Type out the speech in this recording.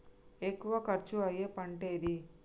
ఎక్కువ ఖర్చు అయ్యే పంటేది?